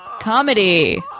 Comedy